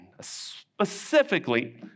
specifically